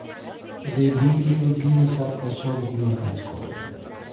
revenue দিঁয়ে সরকার ছব গুলা কাজ ক্যরে